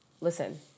Listen